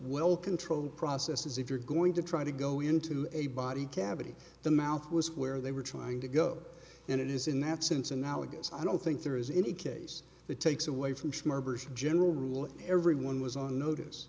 well controlled processes if you're going to try to go into a body cavity the mouth was where they were trying to go and it is in that sense analogous i don't think there is any case the takes away from general rule everyone was on notice